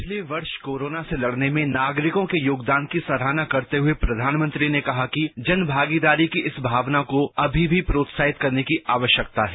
पिछले वर्ष कोरोना से लड़ने में नागरिकों के योगदान की सराहना करते हुए प्रधानमंत्री ने कहा कि जनभागीदारी की इसी भावना को अभी भी प्रोत्साहित करने की आवश्यकता है